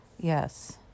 Yes